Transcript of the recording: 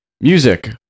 Music